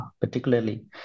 particularly